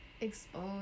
expose